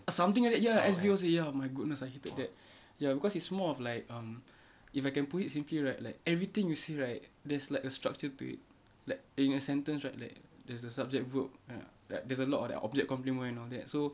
something like that ya exactly my goodness I hated that ya because it's more of like um if I can put it simply right like everything you see right there's like a structure to it like in a sentence right like there's the subject verb a~ like there's a lot of that object complement and all that so